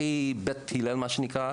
הכי בית הלל מה שנקרא,